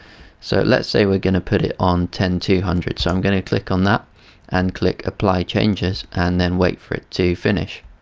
so let's say we're going to put it on ten thousand two hundred, so i'm going to click on that and click apply changes and then wait for it to finish.